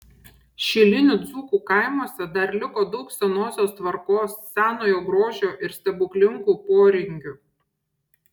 šilinių dzūkų kaimuose dar liko daug senosios tvarkos senojo grožio ir stebuklingų poringių